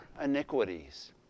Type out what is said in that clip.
iniquities